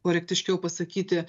korektiškiau pasakyti